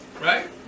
Right